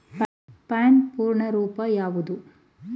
PAN ಪೂರ್ಣ ರೂಪ ಯಾವುದು?